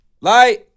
light